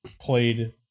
played